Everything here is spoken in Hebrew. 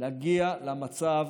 להביא למצב